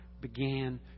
began